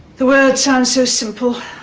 the world sounds so simple.